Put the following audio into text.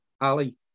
Ali